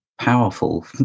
Powerful